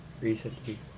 recently